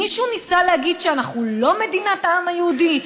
מישהו ניסה להגיד שאנחנו לא מדינת העם היהודי?